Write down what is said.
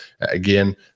again